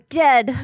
dead